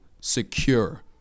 secure